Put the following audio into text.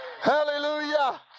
Hallelujah